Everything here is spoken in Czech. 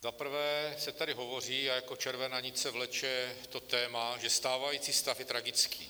Za prvé se tady hovoří a jako červená nit se vleče téma, že stávající stav je tragický.